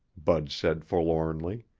bud said forlornly.